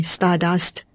Stardust